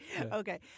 Okay